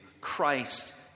Christ